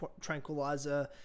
tranquilizer